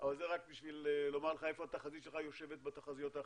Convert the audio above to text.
אבל זה רק בשביל לומר לך איפה התחזית שלך יושבת בתחזיות האחרות?